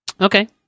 Okay